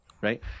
right